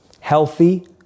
healthy